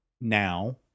now